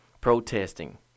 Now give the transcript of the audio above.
protesting